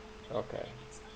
okay